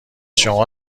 شما